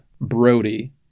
Brody